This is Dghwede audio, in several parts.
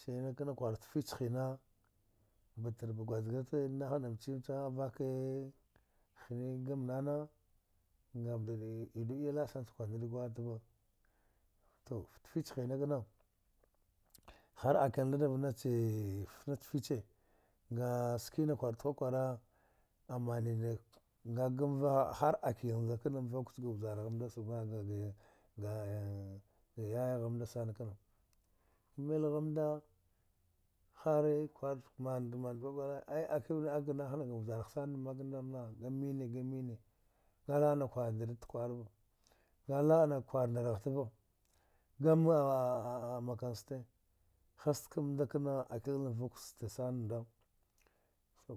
Shir na kna kwarud fta fich hina batari ba gwajga fte anahna mchi-mchi avakee hini gam nana ngam nd ɗa idu iya la’a sana cha kwar ndri kwartava tu fta fich hina kna hara kil mnɗa daftee-fla nack fiche nga skina kwarud kwakwara amanida nga gamvaha hara kil nda kna mvuk chga vjaragh mnda ga yayagy mnda sana kna mil ghamnda hari ay akil da ak ganah nam vjarha sana mak nda na ga mine ga mine naa-la’a nak war ndri fkwarva nya la’a nak war ndar ghatva yam a’a makanste hast kamnda kna akil vuk sta sana nda tu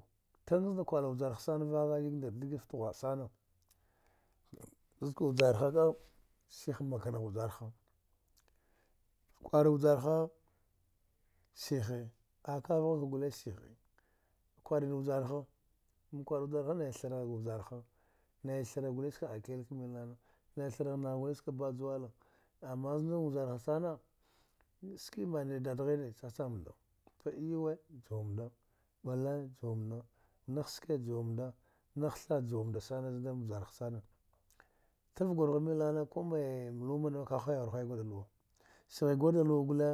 tun znda kwar vjarha sana yag nddar didafta ghwa’a sana zud cha vjarha kam sih makanagh vjarha kwar vjarga sihe akav gha ka gule sihi kwarika vjarha mkwar vjarha nai tharagh nagh guli ska aki ka baj wala ama zan vjarha sana ski. am wul ɗaɗghine cha-chamnɗa p’a yuwe juwamnɗ ɓale juwamnda nagh ske juwamnda nagh tha juwamnda sana znda nvjarha sana tav gur gha mil nana kumee mlumane ka hwai ghar hwai nda da luwa s ghi gur ɗa luwa gule